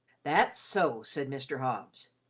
that's so, said mr. hobbs.